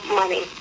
money